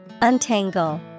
Untangle